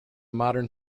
modern